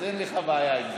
אז אין לך בעיה עם זה.